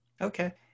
Okay